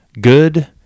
good